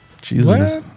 Jesus